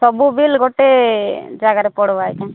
ସବୁ ବିଲ ଗୋଟେ ଜାଗାରେ ପଡ଼ିବ ଆଜ୍ଞା